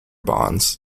bonds